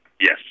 Yes